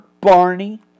Barney